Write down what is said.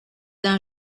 d’un